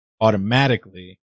automatically